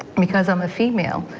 because i'm a female.